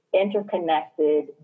interconnected